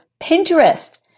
Pinterest